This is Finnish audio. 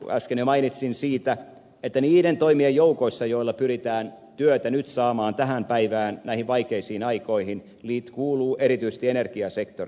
äsken jo mainitsin siitä että niiden toimien joukkoon joilla pyritään työtä nyt saamaan tähän päivään näihin vaikeisiin aikoihin kuuluu erityisesti energiasektori